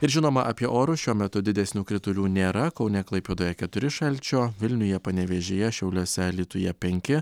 ir žinoma apie orus šiuo metu didesnių kritulių nėra kaune klaipėdoje keturi šalčio vilniuje panevėžyje šiauliuose alytuje penki